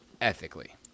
Ethically